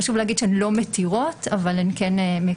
חשוב להגיד שהן לא מתירות אבל הן כן מקלות